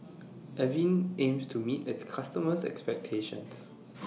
Avene aims to meet its customers' expectations